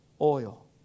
oil